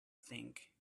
think